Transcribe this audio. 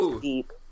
deep